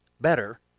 better